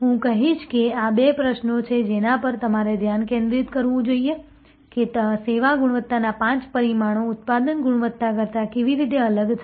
હું કહીશ કે આ બે પ્રશ્નો છે જેના પર તમારે ધ્યાન કેન્દ્રિત કરવું જોઈએ કે સેવા ગુણવત્તાના પાંચ પરિમાણો ઉત્પાદન ગુણવત્તા કરતાં કેવી રીતે અલગ છે